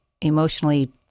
emotionally